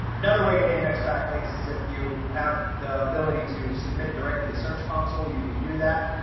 another way to index backlinks is if you have the ability to submit directly to search console, you can do that.